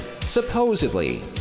supposedly